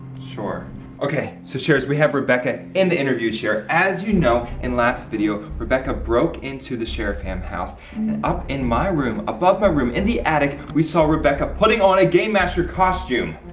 sure okay so sharers, we have rebecca in the interview chair. as you know in last video rebecca broke into the sharer fam house up in my room above my room in the attic we saw rebecca putting on a game master costume.